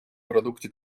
продукте